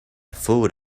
food